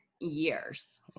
years